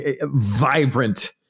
vibrant